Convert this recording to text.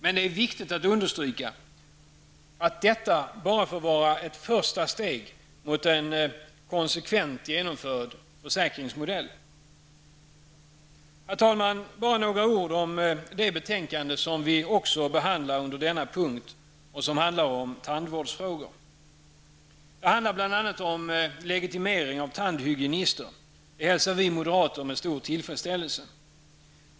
Men det är viktigt att understryka att detta bara får vara ett första steg mot en konsekvent genomförd försäkringsmodell. Herr talman! Bara några ord om det betänkande som vi också behandlar under denna punkt och som gäller tandvårdsfrågor. Det handlar bl.a. om legitimering av tandhygienister. Det förslaget hälsar vi moderater med stor tillfredsställelse.